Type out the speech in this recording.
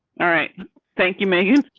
all right thank you megan.